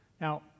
now